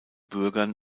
bürgern